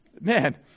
Man